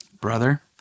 Brother